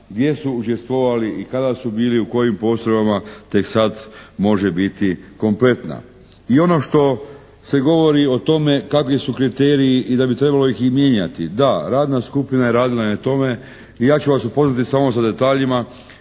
gdje su učestvovali i kada su bili u kojim postrojbama, tek sad može biti kompletna. I ono što se govori o tome kakvi su kriteriji i da bi trebalo ih i mijenjati. Da, radna skupina je radila na tome i ja ću vas upoznati samo sa detaljima